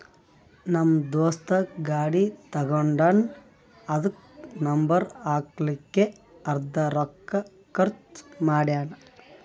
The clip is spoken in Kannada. ನಮ್ ದೋಸ್ತ ಗಾಡಿ ತಗೊಂಡಾನ್ ಅದುಕ್ಕ ನಂಬರ್ ಹಾಕ್ಲಕ್ಕೆ ಅರ್ದಾ ರೊಕ್ಕಾ ಖರ್ಚ್ ಮಾಡ್ಯಾನ್